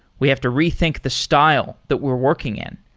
we have to rethink the style that we're working in.